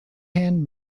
hand